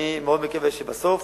אני מאוד מקווה שבסוף